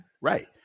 Right